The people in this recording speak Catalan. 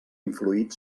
influït